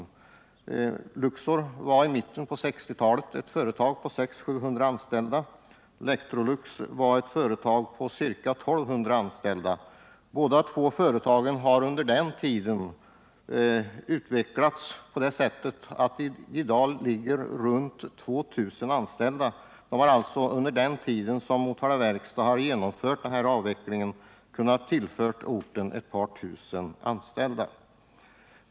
I mitten på 1960-talet hade Luxor 600-700 anställda och Electrolux ca 1 200. Båda dessa företag har i dag runt 2000 anställda var. Under den tid då Motala verkstad genomfört avvecklingen, har Luxor och Electrolux tillfört orten ett par tusen arbetstillfällen.